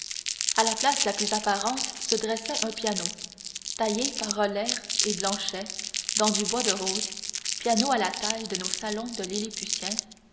à la place la plus apparente se dressait un piano taillé par roller et blanchet dans du bois de rose piano à la taille de nos salons de lilliputiens